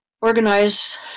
organize